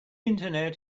internet